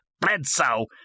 Bledsoe